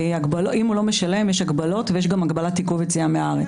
כי אם הוא לא משלם יש הגבלות ויש גם הגבלת עיכוב יציאה מהארץ.